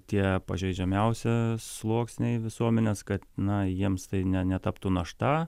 tie pažeidžiamiausi sluoksniai visuomenės kad na jiems tai ne netaptų našta